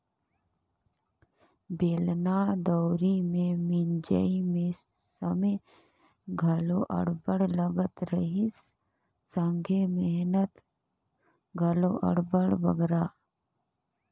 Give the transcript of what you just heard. बेलना दउंरी मे मिंजई मे समे घलो अब्बड़ लगत रहिस संघे मेहनत घलो अब्बड़ बगरा